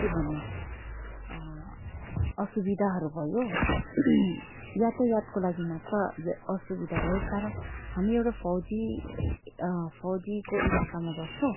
के भन्नु असुविधाहरू भयो यातायातको लागि मात्र असुविधा भयो कारण हामी एउटा फौजी फौजीको इलाकामा बस्छौँ